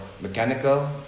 mechanical